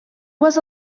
was